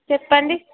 చెప్పండి